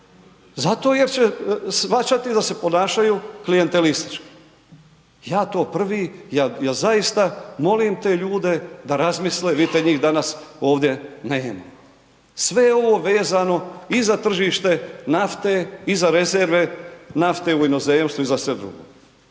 Zato jer će shvaćati da se ponašaju klijentelistički. Ja to prvi, ja zaista molim te ljude da razmisle, vidite njih danas ovdje nema. Sve je ovo vezano i za tržište nafte i za rezerve nafte u inozemstvu i za sve drugo.